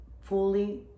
fully